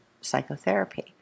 psychotherapy